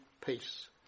peace